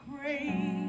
great